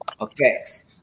effects